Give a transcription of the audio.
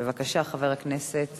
בבקשה, חבר הכנסת